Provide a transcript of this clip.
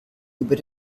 über